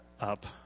up